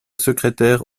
secrétaire